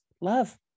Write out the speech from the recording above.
love